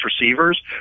receivers